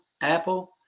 Apple